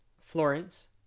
Florence